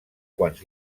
quants